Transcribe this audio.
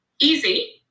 easy